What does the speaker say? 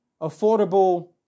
Affordable